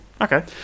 Okay